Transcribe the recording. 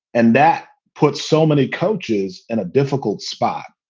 and that puts so many coaches in a difficult spot.